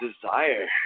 desire